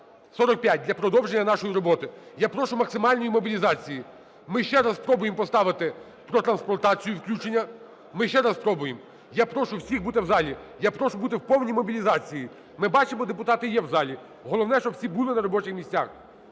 для продовження нашої роботи. Я прошу максимальну мобілізацію. Ми ще раз спробуємо поставити про трансплантацію включення. Ми ще раз спробуємо. Я прошу всіх бути в залі. Я прошу бути в повній мобілізації. Ми бачимо, депутати є в залі, головне, щоб всі були на робочих місцях.